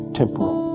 temporal